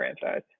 franchise